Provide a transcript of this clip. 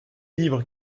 livres